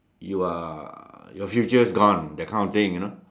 you are your future is gone that kind of thing you know